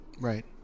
Right